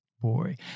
Boy